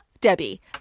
Debbie